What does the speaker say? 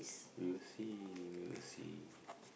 we will see we will see